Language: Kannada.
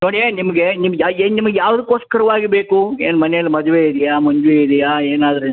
ನೋಡೀ ನಿಮಗೆ ನಿಮ್ಮ ಏನು ನಿಮ್ಗ ಯಾವುದಕ್ಕೋಸ್ಕರವಾಗಿ ಬೇಕು ಏನು ಮನೆಯಲ್ಲಿ ಮದುವೆ ಇದಿಯಾ ಮುಂಜಿ ಇದೆಯಾ ಏನಾದರು